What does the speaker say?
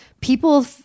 people